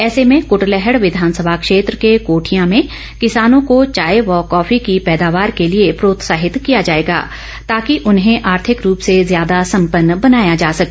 ऐसे में कूटलैहड़ विधानसभ क्षेत्र के कोठियां में किसानों को चाय व कॉफी की पैदावार के लिए प्रोत्साहित किया जाएगा ताकि उन्हें आर्थिक रूप से ज्यादा सम्पन्न बनाया जा सके